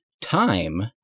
Time